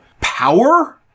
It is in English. Power